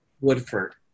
Woodford